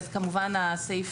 כמובן בסעיף